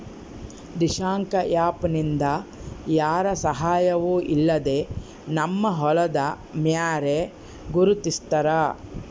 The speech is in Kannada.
ದಿಶಾಂಕ ಆ್ಯಪ್ ನಿಂದ ಯಾರ ಸಹಾಯವೂ ಇಲ್ಲದೆ ನಮ್ಮ ಹೊಲದ ಮ್ಯಾರೆ ಗುರುತಿಸ್ತಾರ